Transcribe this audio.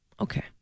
Okay